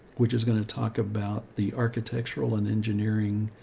which is going to talk about the architectural and engineering,